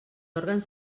òrgans